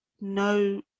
no